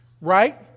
Right